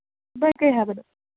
ꯚꯥꯏ ꯀꯔꯤ ꯍꯥꯏꯕꯅꯣ